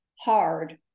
hard